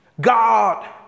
God